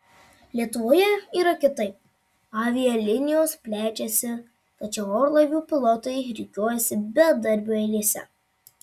lietuvoje yra kitaip avialinijos plečiasi tačiau orlaivių pilotai rikiuojasi bedarbių eilėse